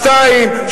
שניים,